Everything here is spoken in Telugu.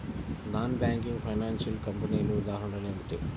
నాన్ బ్యాంకింగ్ ఫైనాన్షియల్ కంపెనీల ఉదాహరణలు ఏమిటి?